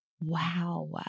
Wow